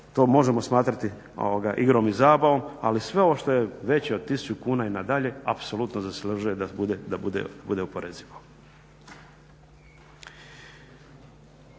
to možemo smatrati igrom i zabavom. Ali sve ovo što je veće od 1000 kuna i nadalje apsolutno zaslužuje da bude oporezivo.